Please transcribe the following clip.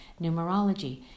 numerology